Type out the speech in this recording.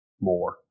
more